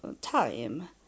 time